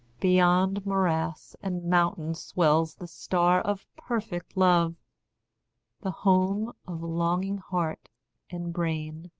beyond morass and mountain swells the star of perfect love the home of longing heart and brain